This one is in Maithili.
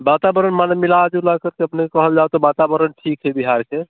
वातावरण माने मिलाजुलाकऽ अपनेके कहल जाउ तऽ वातावरण ठीक छै बिहारके